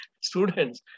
students